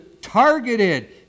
targeted